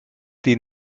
die